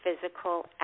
physical